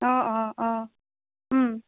অ' অ' অ'